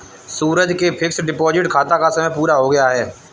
सूरज के fixed deposit खाता का समय पूरा हो गया है